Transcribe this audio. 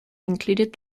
included